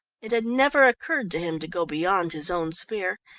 it had never occurred to him to go beyond his own sphere,